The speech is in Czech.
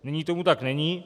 Nyní tomu tak není.